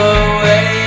away